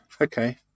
okay